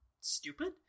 stupid